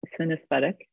synesthetic